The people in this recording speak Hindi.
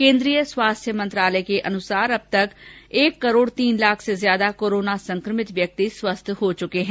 केन्द्रीय स्वास्थ्य मंत्रालय के अनुसार अब तक एक करोड तीन लाख से अधिक कोरोना संक्रमित व्यक्ति स्वस्थ हो चुके हैं